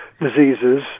diseases